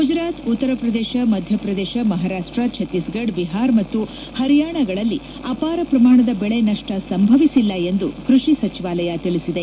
Gujarat Uttar Pradesh Madhya Pradesh Maharashtra Chhattisgarh Bihar ಮತ್ತು ಹರಿಯಾಣಗಳಲ್ಲಿ ಅಪಾರ ಪ್ರಮಾಣದ ಬೆಳೆ ನಷ್ಟ ಸಂಭವಿಸಿಲ್ಲ ಎಂದು ಕೃಷಿ ಸಚಿವಾಲಯ ತಿಳಿಸಿದೆ